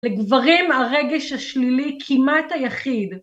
לגברים הרגש השלילי כמעט היחיד.